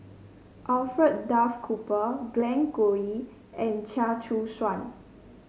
Alfred Duff Cooper Glen Goei and Chia Choo Suan